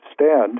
stand